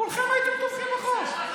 כולכם הייתם תומכים בחוק,